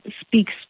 speaks